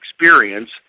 experience